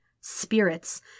Spirits